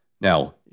Now